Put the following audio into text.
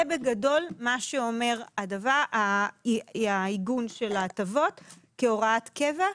זה בגדול מה שאומר העיגון של ההטבות כהוראת קבע.